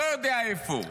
אני לא יודע איפה.